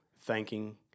thanking